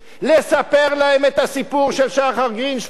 לספר להם את הסיפור של שחר גרינשפן,